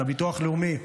לביטוח הלאומי,